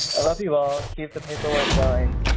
i love you all. keep the paperwork going.